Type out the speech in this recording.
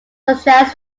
suggest